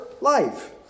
life